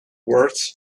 words